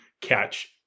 catch